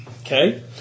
Okay